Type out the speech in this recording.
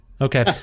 Okay